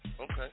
Okay